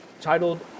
titled